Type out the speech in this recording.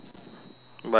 bicep curls